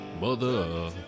Mother